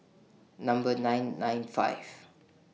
Number nine nine five